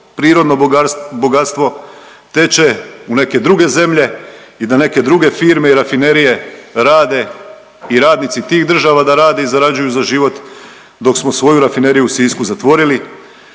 prirodno bogatstvo teče u neke druge zemlje i da neke druge firme i rafinerije rade i radnici tih država da rade i zarađuju za život, dok smo svoju rafineriju u Sisku zatvorili,